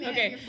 Okay